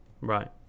Right